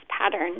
pattern